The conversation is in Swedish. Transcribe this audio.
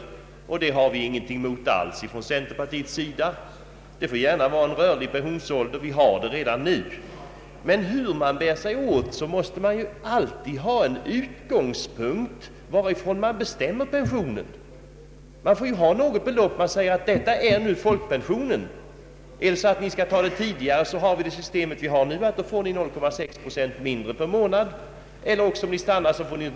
Från centerhåll har vi ingenting emot detta och det förekommer redan nu. Men hur man än bär sig åt måste man alltid ha en utgångspunkt när man bestämmer pensionen. Vi måste utgå från folkpensionen, och om någon vill ha pension tidigare gäller för närvarande att man får 0,6 procent mindre per månad.